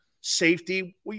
safety